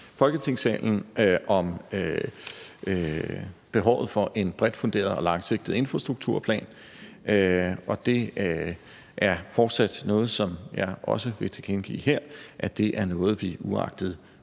Folketingssalen om behovet for en bredt funderet og langsigtet infrastrukturplan, og jeg vil også tilkendegive her, at det er noget, vi uagtet